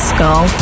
Skull